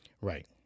Right